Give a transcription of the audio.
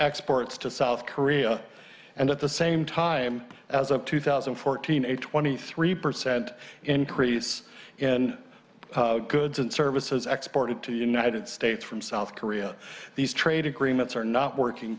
exports to south korea and at the same time as of two thousand and fourteen a twenty three percent increase in goods and services export to the united states from south korea these trade agreements are not working